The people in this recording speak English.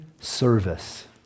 service